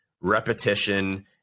repetition